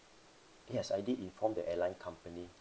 yes I did informed the airline company